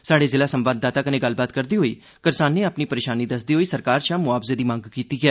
साहड़े जिला संवाददाता कन्नें गल्लबात करदे होई करसाने अपनी परेशानी दस्सदे होई सरकार शा मुआवजे दी मंग कीती ऐ